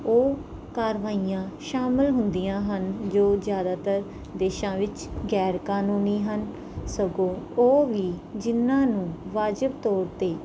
ਉਹ ਕਾਰਵਾਈਆਂ ਸ਼ਾਮਿਲ ਹੁੰਦੀਆਂ ਹਨ ਜੋ ਜ਼ਿਆਦਾਤਰ ਦੇਸ਼ਾਂ ਵਿੱਚ ਗੈਰ ਕਾਨੂੰਨੀ ਹਨ ਸਗੋਂ ਉਹ ਵੀ ਜਿਨ੍ਹਾਂ ਨੂੰ ਵਾਜਿਬ ਤੌਰ 'ਤੇ